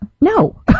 no